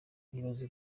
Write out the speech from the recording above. nibaza